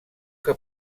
que